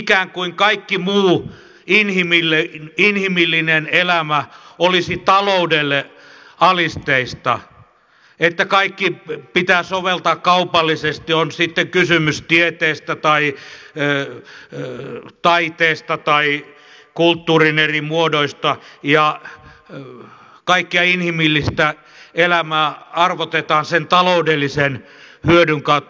ikään kuin kaikki muu inhimillinen elämä olisi taloudelle alisteista että kaikki pitää soveltaa kaupallisesti on sitten kysymys tieteestä tai taiteesta tai kulttuurin eri muodoista ja kaikkea inhimillistä elämää arvotetaan sen ta loudellisen hyödyn kautta